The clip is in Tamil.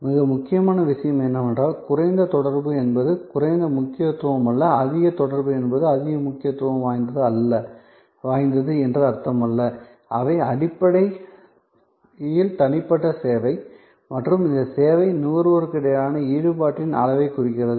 மிக முக்கியமான விஷயம் என்னவென்றால் குறைந்த தொடர்பு என்பது குறைந்த முக்கியத்துவம் அல்லது அதிக தொடர்பு என்பது அதிக முக்கியத்துவம் வாய்ந்தது என்று அர்த்தமல்ல அவை அடிப்படையில் தனிப்பட்ட சேவை மற்றும் இந்த சேவை நுகர்வோருக்கு இடையேயான ஈடுபாட்டின் அளவை குறிக்கிறது